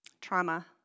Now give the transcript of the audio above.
trauma